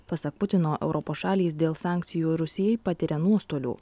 pasak putino europos šalys dėl sankcijų rusijai patiria nuostolių